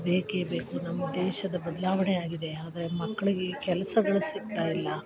ಬೇಕು ಬೇಕು ನಮ್ಮ ದೇಶದ ಬದಲಾವಣೆ ಆಗಿದೆ ಆದರೆ ಮಕ್ಕಳಿಗೆ ಈ ಕೆಲಸಗಳು ಸಿಗ್ತಾಯಿಲ್ಲ